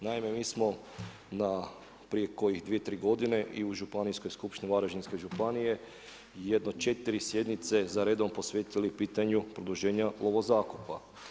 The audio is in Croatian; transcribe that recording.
Naime mi smo na prije kojih 2, 3 godine i u Županijskoj skupštini Varaždinske županije jedno 4 sjednice za redom posvetili pitanju produženja lovozakupa.